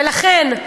ולכן,